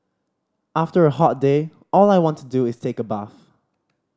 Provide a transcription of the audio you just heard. after a hot day all I want to do is take a bath